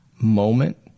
moment